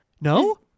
No